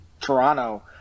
Toronto